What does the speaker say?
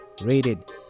rated